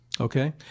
Okay